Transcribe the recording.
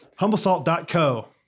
HumbleSalt.co